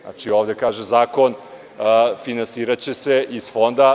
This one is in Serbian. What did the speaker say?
Znači, ovde kaže zakon finansiraće se iz fonda.